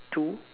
two